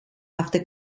after